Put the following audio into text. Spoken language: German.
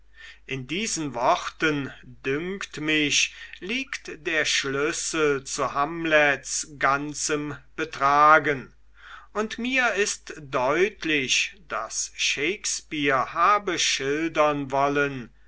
in diesen worten dünkt mich liegt der schlüssel zu hamlets ganzem betragen und mir ist deutlich daß shakespeare habe schildern wollen